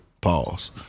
Pause